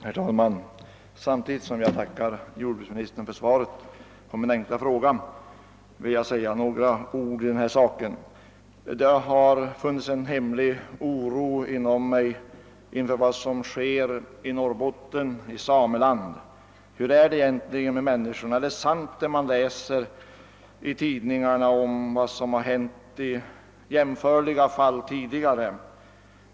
Herr talman! Samtidigt som jag tackar jordbruksministern för svaret på min enkla fråga vill jag säga några ord i denna sak. Jag har känt oro inom mig på grund av vad som sker i Norrbotten, i sameland. Hur har människorna det egentligen där? Är det sant som man läser i tidningarna om vad som hänt tidigare i jämförliga fall?